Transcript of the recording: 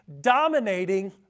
dominating